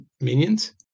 minions